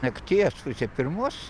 nakties pusė pirmos